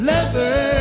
Lover